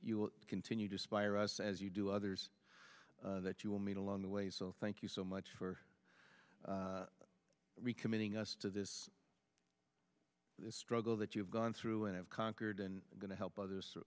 you will continue to spiral as you do others that you will meet along the way so thank you so much for recommitting us to this struggle that you've gone through and have conquered and going to help others